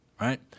right